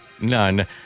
none